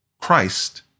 Christ